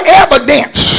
evidence